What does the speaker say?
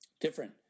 Different